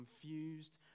confused